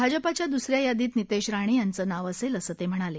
भाजपाच्या दुस या यादीत नितेश राणे यांचं नाव असेल असं ते म्हणाले